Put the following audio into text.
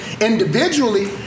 individually